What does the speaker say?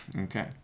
Okay